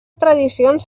tradicions